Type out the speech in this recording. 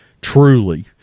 Truly